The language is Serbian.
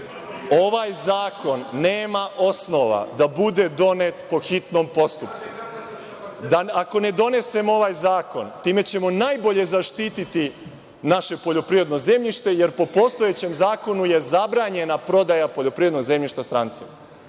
ovaj zakon nema osnova da bude donet po hitnom postupku. Ako ne donesemo ovaj zakon time ćemo najbolje zaštiti naše poljoprivredno zemljište, jer po postojećem zakonu je zabranjena prodaja poljoprivrednog zemljišta strancima. Dakle,